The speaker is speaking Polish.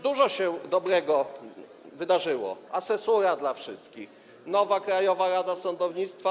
Dużo dobrego się wydarzyło: asesura dla wszystkich, nowa Krajowa Rada Sądownictwa.